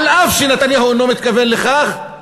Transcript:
אף שנתניהו אינו מתכוון לכך,